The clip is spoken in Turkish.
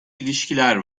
ilişkiler